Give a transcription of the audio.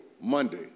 Monday